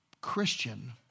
Christian